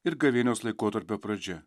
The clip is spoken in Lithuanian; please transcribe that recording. ir gavėnios laikotarpio pradžia